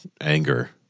anger